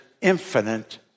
infinite